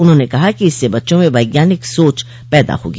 उन्होंने कहा कि इससे बच्चों में वैज्ञानिक सोच पैदा होगी